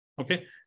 Okay